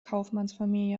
kaufmannsfamilie